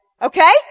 Okay